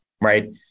right